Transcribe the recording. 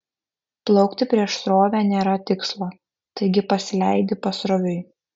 plaukti prieš srovę nėra tikslo taigi pasileidi pasroviui